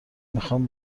میخوام